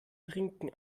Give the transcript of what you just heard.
trinken